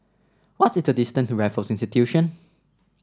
what is the distance to Raffles Institution